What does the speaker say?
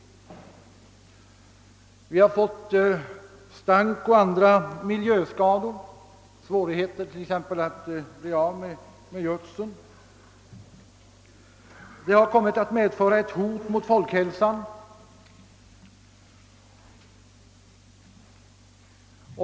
Även stora olägenheter av gödselstank och andra miljöskador har uppkommit. En av de största svårigheterna är att bli av med gödseln. Allt detta har kommit att utgöra ett hot mot folkhälsan.